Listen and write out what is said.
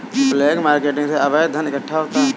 black marketing से अवैध धन इकट्ठा होता है